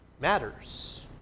matters